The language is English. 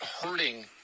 hurting